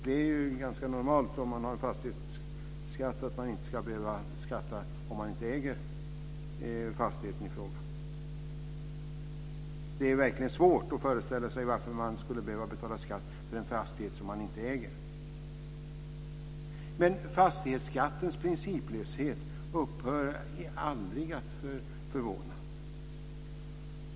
Det är normalt att man inte ska behöva skatta för en fastighet man inte äger. Det är svårt att föreställa sig varför man skulle behöva betala skatt för en fastighet som man inte äger. Fastighetsskattens principlöshet upphör aldrig att förvåna.